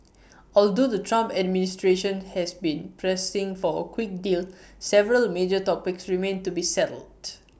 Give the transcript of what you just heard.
although the Trump administration has been pressing for A quick deal several major topics remain to be settled